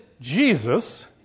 Jesus